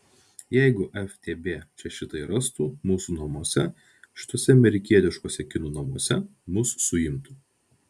jeigu ftb čia šitai rastų mūsų namuose šituose amerikietiškuose kinų namuose mus suimtų